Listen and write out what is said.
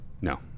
No